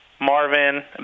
Marvin